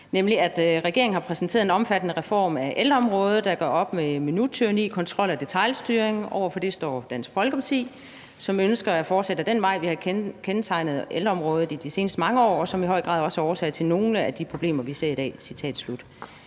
pressen: »Regeringen har præsenteret en omfattende reform af ældreområdet, der gør op med minuttyranni, kontrol og detailstyring. Over for det står Dansk Folkeparti, som ønsker at fortsætte ad den vej, der har kendetegnet ældreområdet de seneste mange år, og som i høj grad er årsag til nogle af de problemer, vi ser på